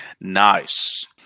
nice